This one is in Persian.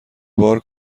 بار